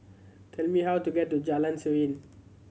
tell me how to get to Jalan Serene